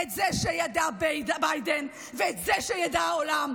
את זה שידע ביידן ואת זה שידע העולם.